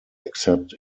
except